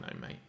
mate